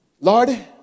lord